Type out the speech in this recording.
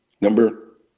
Number